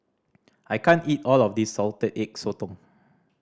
I can't eat all of this Salted Egg Sotong